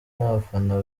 n’abafana